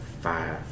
five